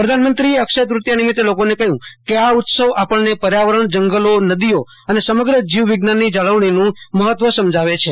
પ્રધાનમંત્રીએ અક્ષય તૃતીયા નિમિત્તે લોકોને કહ્યું કે આ ઉત્સવ આપણને પર્યાવરણ જંગલો નદીઓ અને સમગ્ર જીવ વિજ્ઞાનની જાળવણીનું મફત્વ સમજાવે છે